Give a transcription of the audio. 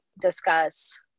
discuss